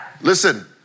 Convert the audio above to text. Listen